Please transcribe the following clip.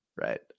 Right